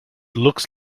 looks